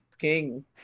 King